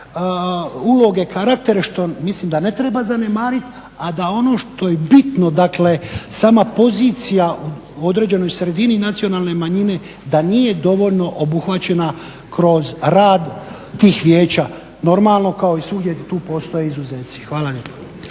uloge karaktera što mislim da ne treba zanemariti a da ono što je bitno dakle, sama pozicija u određenoj sredini nacionalne manjine da nije dovoljno obuhvaćena kroz rad tih vijeća normalno kao i svugdje tu postoje izuzeci. Hvala lijepa.